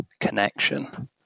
connection